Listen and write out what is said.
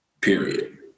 Period